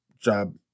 job